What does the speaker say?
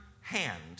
hand